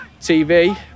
tv